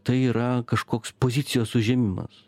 tai yra kažkoks pozicijos užėmimas